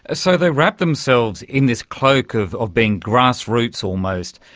ah so they wrapped themselves in this cloak of of being grassroots almost,